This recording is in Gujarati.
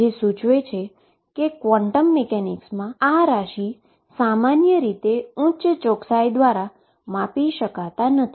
જે સુચવે છે કે ક્વોંટમ મિકેનિક્સમા આ ક્વોન્ટીટી સામાન્ય રીતે ઉચ્ચ ચોક્કસાઈ દ્વારા માપી શકાતી નથી